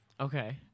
Okay